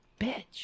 bitch